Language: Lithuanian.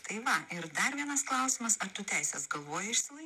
tai va ir dar vienas klausimas ar tų teises galvoje išsilai